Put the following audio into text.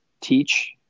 teach